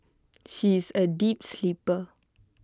she is A deep sleeper